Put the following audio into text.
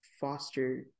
foster